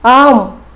ஆம்